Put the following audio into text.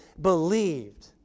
believed